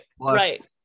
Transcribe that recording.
Right